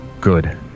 Good